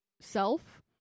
Self